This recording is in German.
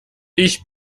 ich